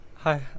Hi